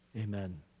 Amen